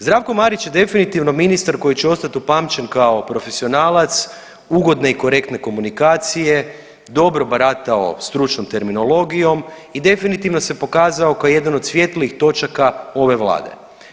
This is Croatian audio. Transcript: Zdravko Marić je definitivno ministar koji će ostati upamćen kao profesionalac, ugodne i korektne komunikacije, dobro baratao stručnom terminologijom i definitivno se pokazao kao jedan od svjetlijih točaka ove vlade.